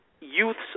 youth's